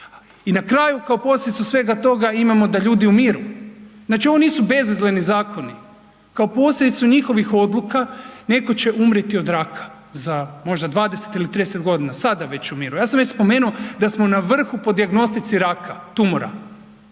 I na kraju kao posljedicu svega toga imamo da ljudi umiru. Znači ovo nisu bezazleni zakoni. Kao posljedicu njihovih odluka netko će umrijeti od raka za možda 20 ili 30 godina. Sada već umiru. Ja sam već spomenuo da smo na vrhu po dijagnostici raka, tumora.